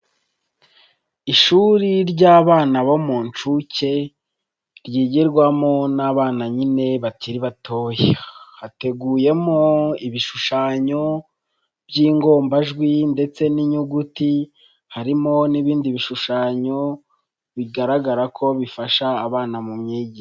Ishuri ry'abana bo mu nshuke ryigirwamo n'abana nyine bakiri batoya, hateguyemo ibishushanyo by'ingombajwi ndetse n'inyuguti harimo n'ibindi bishushanyo bigaragara ko bifasha abana mu myigire.